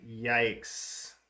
Yikes